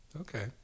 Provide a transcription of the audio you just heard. Okay